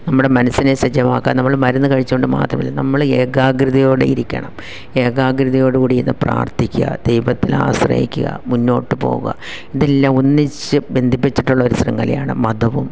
നമ്മുടെ മനസിനെ സജ്ജമാക്കാൻ നമ്മള് മരുന്ന് കഴിച്ചുകൊണ്ടു മാത്രമല്ല നമ്മള് ഏകാഗ്രതയോടെ ഇരിക്കണം ഏകാഗ്രതയോടുകൂടി ഇരുന്ന് പ്രാർത്ഥിക്കുക ദൈവത്തിലാശ്രയിക്കുക മുന്നോട്ട് പോവുക ഇതെല്ലാം ഒന്നിച്ച് ബന്ധിപ്പിച്ചിട്ടുള്ളൊരു ശൃംഖലയാണ് മതവും